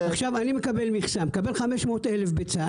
אני מקבל מכסה, מקבל 500,000 ביצה.